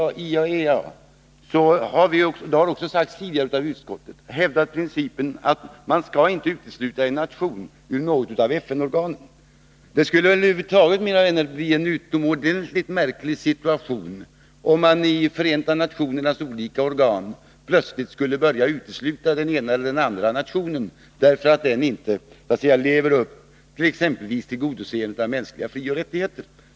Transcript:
Vi har hävdat principen — och det har också sagts tidigare av utskottet — att man inte skall utesluta en nation ur något av FN-organen. Det skulle över huvud taget, menar vi, bli en utomordentligt märklig situation, om man i FN:s olika organ plötsligt skulle börja utesluta den ena eller andra nationen därför att den inte lever upp till kravet på att tillgodose mänskliga frioch rättigheter.